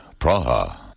Praha